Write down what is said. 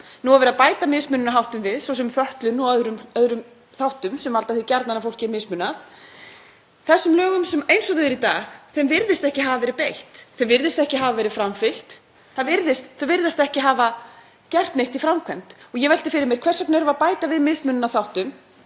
Nú er verið að bæta mismununarþáttum við, svo sem fötlun og öðrum þáttum sem valda því gjarnan að fólki er mismunað. Þessum lögum eins og þau eru í dag virðist ekki hafa verið beitt. Þeim virðist ekki hafa verið framfylgt. Það virðist ekki hafa verið gert neitt í framkvæmd og ég velti fyrir mér: Hvers vegna erum við að bæta við mismununarþáttum